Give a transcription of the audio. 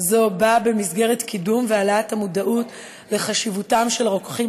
זו באה במסגרת קידום והעלאת המודעות לחשיבותם של הרוקחים